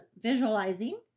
visualizing